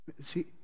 See